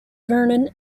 vernon